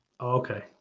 Okay